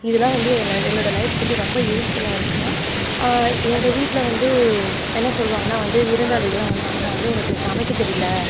இதுயெல்லாம் வந்து என்னோடய லைஃப்புக்கு வந்து ரொம்ப யூஸ்ஃபுல்லாக இருக்கும் எங்கள் வீட்டில் வந்து என்ன சொல்வாங்கன்னால் வந்து விருந்தாளிகளெல்லாம் வந்தாங்கன்னால் வந்து உனக்கு சமைக்க தெரியல